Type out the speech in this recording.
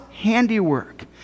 handiwork